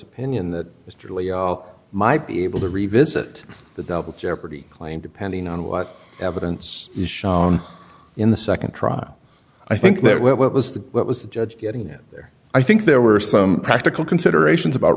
opinion that mr lee might be able to revisit that double jeopardy claim depending on what evidence is shown in the second trial i think that what was the what was the judge getting it there i think there were some practical considerations about